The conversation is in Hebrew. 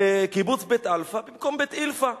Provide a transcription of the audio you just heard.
קיבוץ בית-אלפא במקום בית-אילפא,